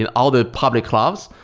and all the public clouds,